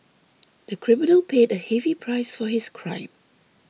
the criminal paid a heavy price for his crime